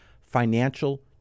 financial